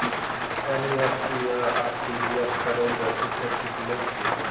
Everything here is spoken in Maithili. एन.ई.एफ.टी आ आर.टी.जी एस करै के कुछो फीसो लय छियै?